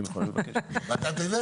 מה?